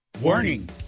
Warning